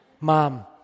Mom